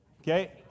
Okay